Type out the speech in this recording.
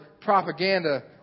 propaganda